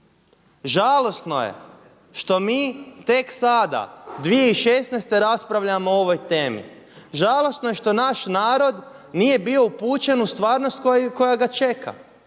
žalosno je što mi tek sada 2016. raspravljamo o ovoj temi. Žalosno je što naš narod nije bio upućen u stvarnost koja ga čeka.